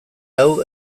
hau